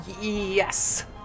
yes